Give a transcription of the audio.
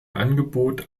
angebot